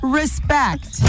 respect